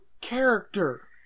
character